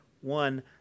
One